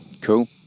Cool